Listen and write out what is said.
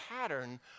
pattern